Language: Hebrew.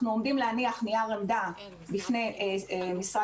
אנחנו עומדים להניח נייר עמדה בפני משרד